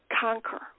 conquer